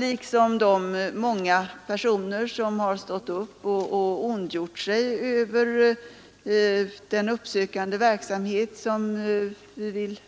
Liksom de många personer som har stått upp och ondgjort sig över den uppsökande verksamhet som vi vill